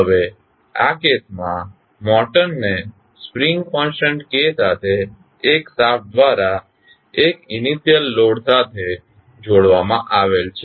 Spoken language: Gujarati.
હવે આ કેસમાં મોટરને સ્પ્રિંગ કોન્સટંટ K સાથે એક શાફ્ટ દ્વારા એક ઇન્ર્શિયલ લોડ સાથે જોડવામાં coupled આવેલ છે